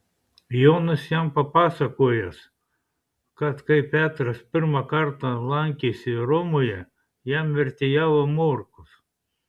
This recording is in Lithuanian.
jonas jam papasakojęs kad kai petras pirmą kartą lankėsi romoje jam vertėjavo morkus